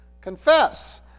Confess